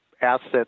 assets